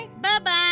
Bye-bye